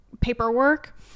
paperwork